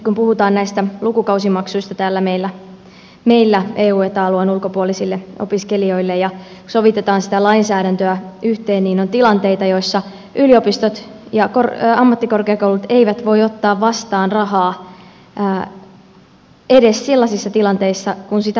kun puhutaan näistä lukukausimaksuista täällä meillä eu ja eta alueen ulkopuolisille opiskelijoille ja sovitetaan sitä lainsäädäntöä yhteen niin on tilanteita joissa yliopistot ja ammattikorkeakoulut eivät voi ottaa vastaan rahaa edes sellaisissa tilanteissa kun sitä tarjottaisiin